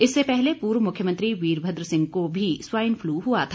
इससे पहले पूर्व मुख्यमंत्री वीरभद्र सिंह को भी स्वाईन फ्लू हुआ था